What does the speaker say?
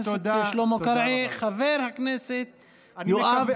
תודה רבה, חבר הכנסת שלמה קרעי.